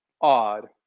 odd